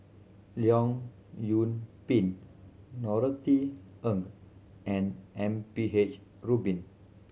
Leong Yoon Pin Norothy Ng and M P H Rubin